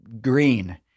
green